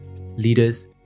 leaders